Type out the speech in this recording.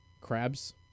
crabs